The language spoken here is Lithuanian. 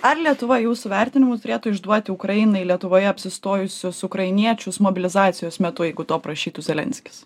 ar lietuva jūsų vertinimu turėtų išduoti ukrainai lietuvoje apsistojusius ukrainiečius mobilizacijos metu jeigu to prašytų zelenskis